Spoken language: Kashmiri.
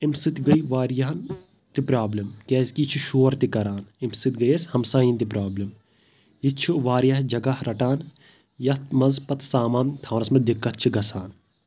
اَمہِ سۭتۍ گیے واریاہَن تہِ برابلِم کیازِ کہِ یہِ چھِ شور تہِ کران اَمہِ سۭتۍ گیے اَسہِ ہمساین تہِ پرابلِم یہِ چھُ واریاہ جگہہ رَٹان یَتھ منٛز پَتہٕ سمان تھاونَس منٛز دِکت چھِ گژھان